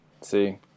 See